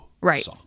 Right